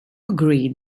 agreed